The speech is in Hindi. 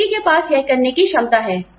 व्यक्ति के पास यह करने की क्षमता है